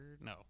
No